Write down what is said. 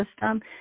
system